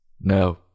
No